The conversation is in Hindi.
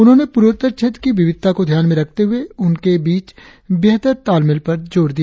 उन्होंने पूर्वोत्तर क्षेत्र की विविदता को ध्यान में रखते हुए उनके बीच बेहतर तालमेल पर जोर दिया